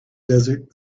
desert